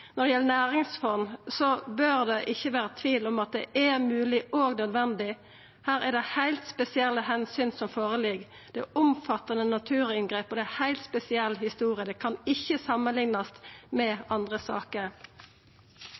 Når det gjeld næringsfond, bør det ikkje vera tvil om at det er mogleg og nødvendig, for her er det heilt spesielle omsyn som ligg føre. Det er omfattande naturinngrep, og det er ein heilt spesiell historie, det kan ikkje samanliknast med andre saker.